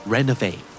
Renovate